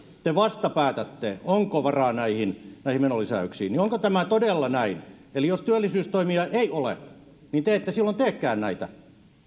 te vasta päätätte onko varaa näihin näihin menolisäyksiin niin onko tämä todella näin eli jos työllisyystoimia ei ole niin te ette silloin teekään näitä